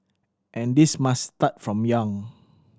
and this must start from young